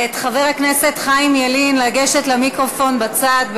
ואת חבר הכנסת חיים ילין לגשת למיקרופון בצד.